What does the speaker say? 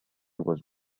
was